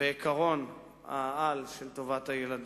ועקרון העל של טובת הילדים.